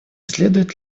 следует